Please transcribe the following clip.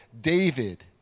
David